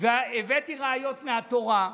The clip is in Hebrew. הבאתי ראיות מהתורה,